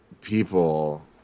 people